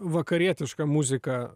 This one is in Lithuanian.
vakarietiška muzika